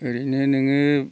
ओरैनो नोङो